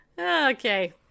Okay